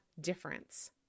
difference